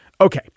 Okay